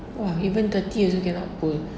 !wah! even thirty also cannot pull